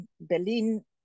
Berlin